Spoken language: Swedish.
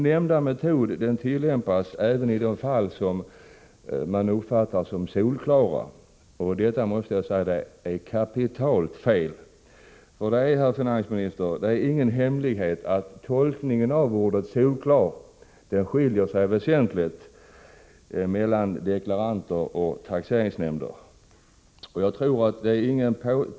Nämnda metod tillämpas även i de fall som man uppfattar som solklara, och det är enligt min mening kapitalt fel. Det är, herr finansminister, ingen hemlighet att tolkningen av ordet solklart är helt olika hos deklaranter och taxeringsnämnder.